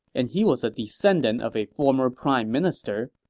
and he was a descendant of a former prime minister.